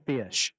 Fish